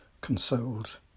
consoled